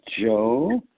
Joe